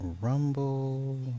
Rumble